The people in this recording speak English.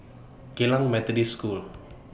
Geylang Methodist School